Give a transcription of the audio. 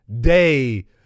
day